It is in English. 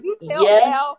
yes